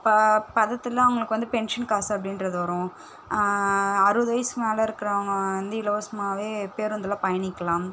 ப பதத்தில் அவங்களுக்கு வந்து பென்ஷன் காசு அப்படின்றது வரும் அறுபது வயசு மேலே இருக்குறவங்கள் வந்து இலவசமாகவே பேருந்தில் பயணிக்கலாம்